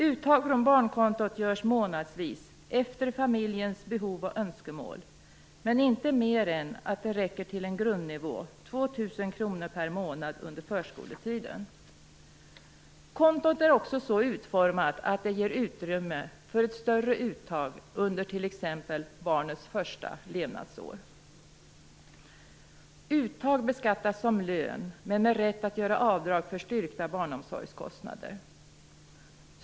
Uttag från barnkontot görs månadsvis efter familjens behov och önskemål, men inte mer än att det räcker till en grundnivå, 2 000 kr per månad, under förskoletiden. Kontot är också så utformat att det ger utrymme för ett större uttag under t.ex. barnets första levnadsår. Uttag beskattas som lön, men man skall ha rätt att göra avdrag för styrkta barnomsorgskostnader.